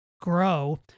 grow